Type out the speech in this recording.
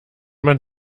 man